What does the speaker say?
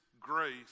grace